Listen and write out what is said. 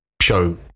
show